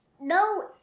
no